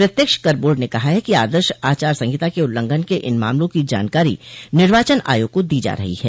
प्रत्यक्ष कर बार्ड ने कहा है कि आदर्श आचार संहिता के उल्लंघन के इन मामलों की जानकारी निर्वाचन आयोग को दी जा रही है